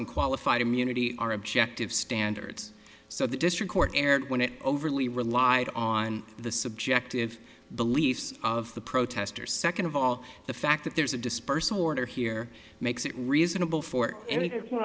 and qualified immunity our objective standard so the district court erred when it overly relied on the subjective beliefs of the protesters second of all the fact that there's a dispersal order here makes it reasonable for any